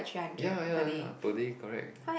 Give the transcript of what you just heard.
ya ya ya per day correct